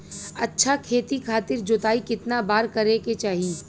अच्छा खेती खातिर जोताई कितना बार करे के चाही?